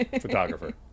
photographer